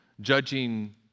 judging